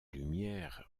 lumières